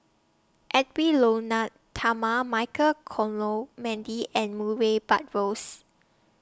Edwy Lyonet Talma Michael and Murray Buttrose